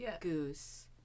Goose